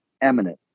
eminent